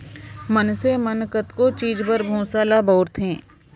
मनसे मन कतको चीज बर भूसा ल बउरथे